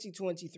2023